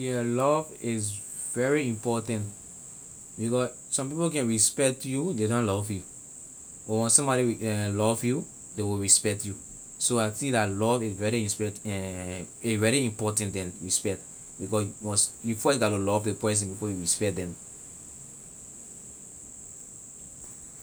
Love is very important because some people can respect you ley na love you but when somebody love you ley will respect you so I think that love is really inspec- a really important than respect because when you first gatto love ley person before you respect them.